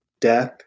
death